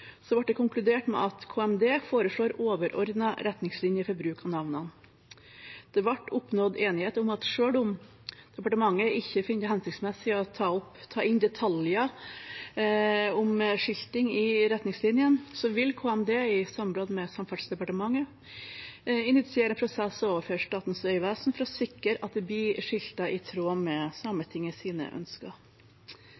ble det konkludert med at KMD foreslår overordnede retningslinjer for bruk av navnene. Det ble oppnådd enighet om at selv om departementet ikke finner det hensiktsmessig å ta inn detaljer om skilting i retningslinjene, vil KMD, i samråd med Samferdselsdepartementet, initiere en prosess overfor Statens vegvesen for å sikre at det blir skiltet i tråd med